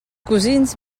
cosins